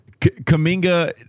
Kaminga